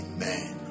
Amen